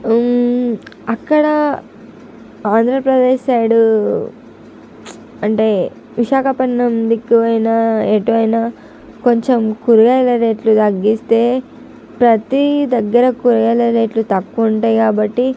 అక్కడ ఆంధ్రప్రదేశ్ సైడు అంటే విశాఖపట్నం దిక్కున పోయిన ఎటు అయినా కొంచెం కూరగాయల రేట్లు తగ్గిస్తే ప్రతి దగ్గర కూరగాయల రేట్లు తక్కువ ఉంటాయి కాబట్టి